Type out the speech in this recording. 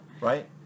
Right